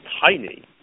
tiny